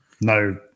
No